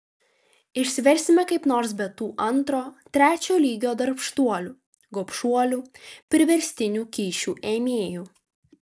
išsiversime kaip nors be tų antro trečio lygio darbštuolių gobšuolių priverstinių kyšių ėmėjų